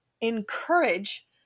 encourage